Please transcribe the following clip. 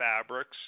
fabrics